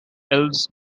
elves